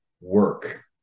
work